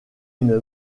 une